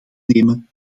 nemen